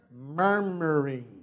murmuring